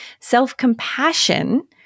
Self-compassion